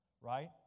right